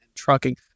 Trucking